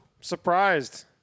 Surprised